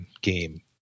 game